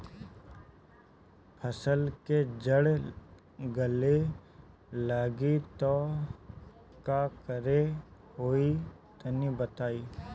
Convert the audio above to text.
फसल के जड़ गले लागि त का करेके होई तनि बताई?